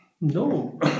No